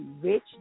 rich